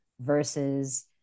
versus